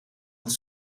het